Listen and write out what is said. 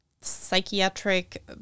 psychiatric